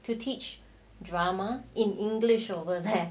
to teach drama in english over there